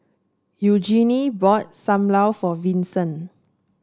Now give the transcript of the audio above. Eugenie bought Sam Lau for Vincent